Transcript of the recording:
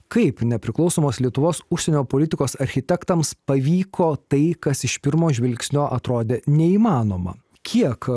kaip nepriklausomos lietuvos užsienio politikos architektams pavyko tai kas iš pirmo žvilgsnio atrodė neįmanoma kiek